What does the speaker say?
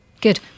Good